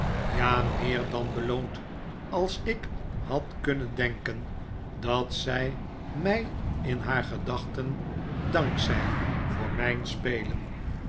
ja meer dan beloond als ik had kunnen denken dat zij mij in haar gedachten dank zei voor mijn spelen